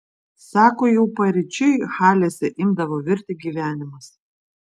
sako jau paryčiui halėse imdavo virti gyvenimas